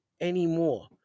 anymore